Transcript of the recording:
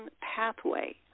pathway